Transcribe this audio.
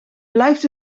blijft